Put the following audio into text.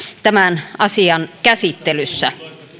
tämän asian käsittelyssä